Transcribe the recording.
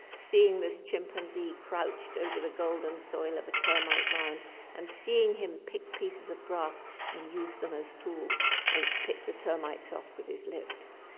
seeing this chimpanzee crouched over the golden soil of a termite mound and seeing him pick pieces of grass and use them as tools and pick the termites off with his lips,